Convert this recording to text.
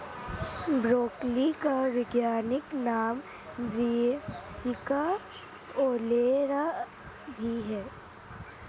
broccoli का वैज्ञानिक नाम ब्रासिका ओलेरा भी है